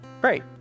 great